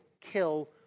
kill